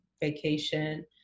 vacation